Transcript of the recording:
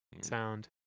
sound